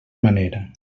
manera